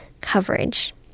coverage